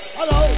Hello